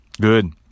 good